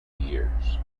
years